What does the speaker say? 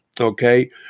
Okay